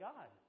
God